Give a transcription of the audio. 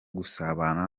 gusabana